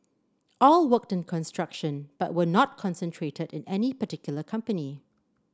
all worked in construction but were not concentrated in any particular company